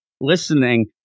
listening